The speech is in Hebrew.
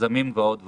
יזמים ועוד ועוד.